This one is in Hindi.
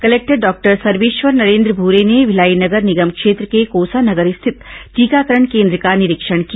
कलेक्टर डॉक्टर सर्वेश्वर नरेन्द्र भूरे ने भिलाई नगर निगम क्षेत्र के कोसानगर स्थित टीकाकरण केन्द्र का निरीक्षण किया